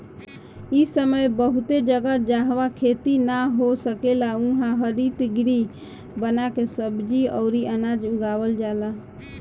इ समय बहुते जगह, जाहवा खेती ना हो सकेला उहा हरितगृह बना के सब्जी अउरी अनाज उगावल जाला